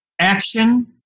action